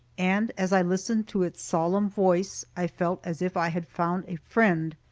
and as i listened to its solemn voice, i felt as if i had found a friend,